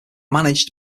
managed